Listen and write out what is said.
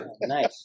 nice